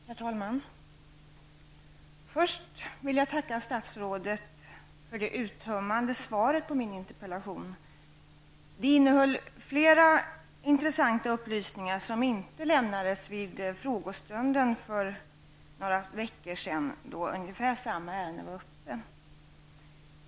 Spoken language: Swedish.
Herr talman! Först vill jag tacka statsrådet för det uttömmande svaret på min interpellation. Det innehöll flera intressanta upplysningar som inte lämnades vid frågestunden för några veckor sedan, då ungefär samma ärende togs upp.